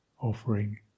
offering